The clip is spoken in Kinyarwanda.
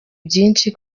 byinshi